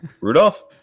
Rudolph